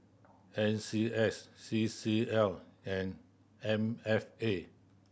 N C S C C L and M F A